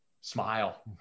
smile